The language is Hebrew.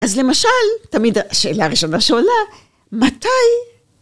אז למשל, תמיד השאלה הראשונה שעולה, מתי?